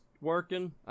working